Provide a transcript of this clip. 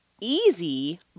easy